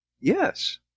Yes